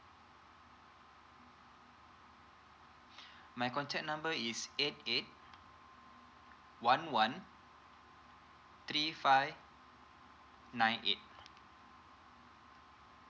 my contact number is eight eight one one three five nine eight